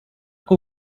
que